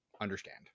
understand